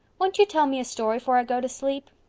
won't you tell me a story fore i go to sleep?